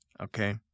okay